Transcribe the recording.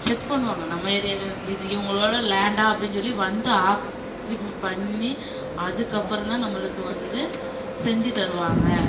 check பண்ணுவாங்க நம்ம area இது இவங்களோட லேண்டாக அப்படினு சொல்லி வந்து ஆக் ரிமெண்ட் பண்ணி அதுக்கப்புறம் தான் நம்மளுக்கு வந்து செஞ்சி தருவாங்க